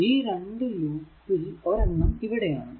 ഈ 2 ലൂപ്പിൽ ഒരെണ്ണം ഇവിടെ ആണ്